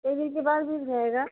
दिन के बाद मिल जाएगा